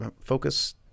Focus